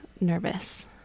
nervous